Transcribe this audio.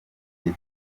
gihe